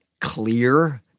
clear